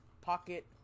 pocket